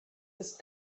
ist